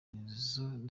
nizo